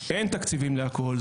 אין תקציבים להכול,